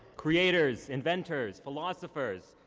creators, inventors, philosophers,